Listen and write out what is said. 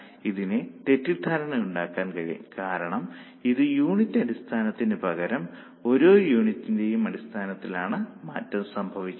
എന്നാൽ ഇതിനെ തെറ്റിദ്ധാരണ ഉണ്ടാക്കാൻ കഴിയും കാരണം ഇതിന് യൂണിറ്റ് അടിസ്ഥാനത്തിനു പകരം ഓരോ യൂണിറ്റിന്റെയും അടിസ്ഥാനത്തിലാണ് മാറ്റം സംഭവിക്കുന്നത്